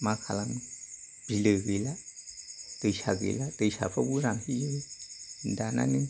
मा खालामो बिलो गैला दैसा गैला दैसाफ्रावबो रानहैयो दाना नों